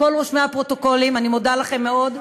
כל רושמי הפרוטוקולים, אני מודה לכם מאוד.